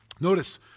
Notice